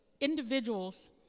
individuals